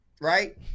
Right